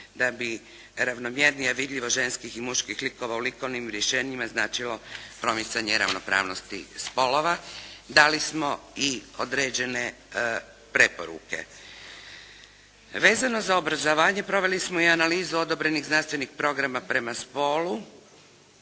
da bi ravnomjernije vidljivo ženskih i muških likova u likovnim rješenjima značilo promicanje ravnopravnosti spolova. Dali smo i određene preporuke. Vezano za obrazovanje proveli smo i analizu odobrenih znanstvenih programa prema spolu